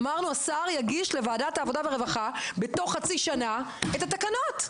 אמרנו: השר יגיש לוועדת העבודה והרווחה בתוך חצי שנה את התקנות,